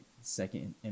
second